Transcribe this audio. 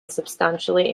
substantially